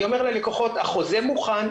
אני אומר ללקוחות שהחוזה מוכן,